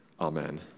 Amen